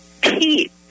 Pete